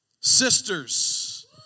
sisters